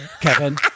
Kevin